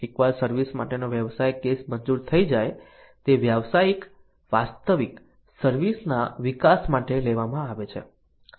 એકવાર સર્વિસ માટેનો વ્યવસાય કેસ મંજૂર થઈ જાય તે વાસ્તવિક સર્વિસ ના વિકાસ માટે લેવામાં આવે છે